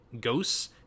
ghosts